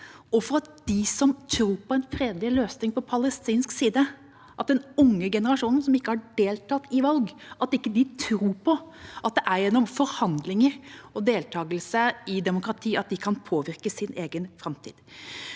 ODA-godkjennes som tror på en fredelig løsning på palestinsk side, og den unge generasjonen som ikke har deltatt i valg, ikke tror på at det er gjennom forhandlinger og deltakelse i demokratiet de kan påvirke sin egen framtid.